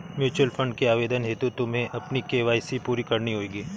mutual fund के आवेदन हेतु तुम्हें अपनी के.वाई.सी पूरी करनी होगी